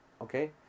Okay